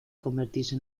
convertirse